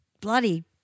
Bloody